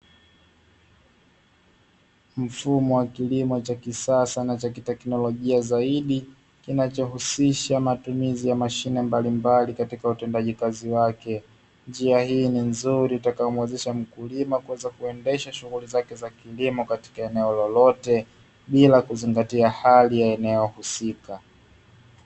Mfumo wa kilimo cha kisasa na cha kitekinolojia zaidi. Kinachohusisha matumizi ya mashine mbalimbali katika utendaji wake, njia hiyo ni nzuri itakayomuwezesha mkulima kuweza kuendesha shughuri zake za kilimo vizuri katika eneo lolote, bila kuzingatia hali ya eneo husika.